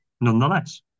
nonetheless